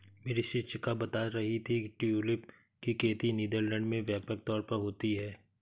मेरी शिक्षिका बता रही थी कि ट्यूलिप की खेती नीदरलैंड में व्यापक तौर पर होती है